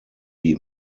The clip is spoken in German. wie